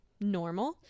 normal